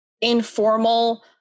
informal